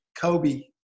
Kobe